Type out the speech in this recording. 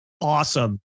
Awesome